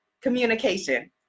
communication